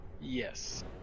Yes